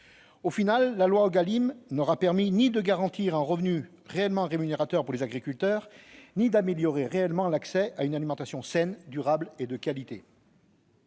Finalement, la loi Égalim n'aura permis ni de garantir un revenu réellement rémunérateur pour les agriculteurs ni d'améliorer réellement l'accès à une alimentation saine, durable et de qualité.